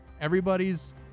Everybody's